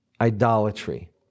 idolatry